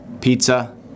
pizza